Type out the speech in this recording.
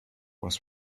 was